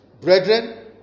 Brethren